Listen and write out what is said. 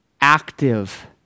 active